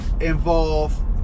involve